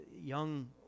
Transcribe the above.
young